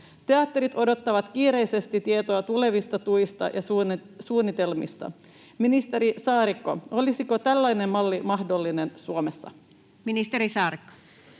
Teatterit odottavat kiireisesti tietoa tulevista tuista ja suunnitelmista. Ministeri Saarikko, olisiko tällainen malli mahdollinen Suomessa? [Speech 105]